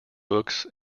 books